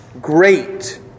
Great